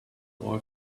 all